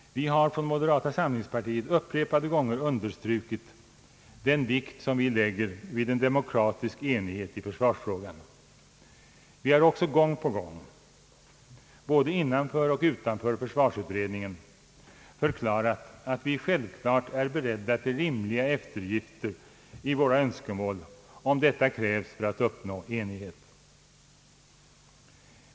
Vi har från moderata samlingspartiet upprepade gånger understrukit den vikt som vi lägger vid en demokratisk enighet i försvarsfrågan. Vi har också gång på gång, både innanför och utanför försvarsutredningen, förklarat att vi självfallet är beredda till rimliga eftergifter i våra önskemål om detta krävs för att uppnå enighet.